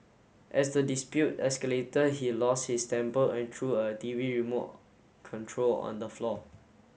as the dispute escalator he lost his temper and threw a T V remote control on the floor